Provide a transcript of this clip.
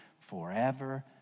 forever